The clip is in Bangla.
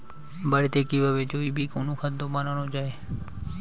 বাড়িতে কিভাবে জৈবিক অনুখাদ্য বানানো যায়?